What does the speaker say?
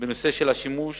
בנושא של השימוש